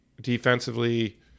defensively